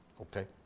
Okay